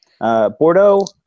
Bordeaux